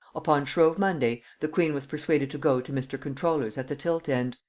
upon shrove monday the queen was persuaded to go to mr. comptroller's at the tilt end,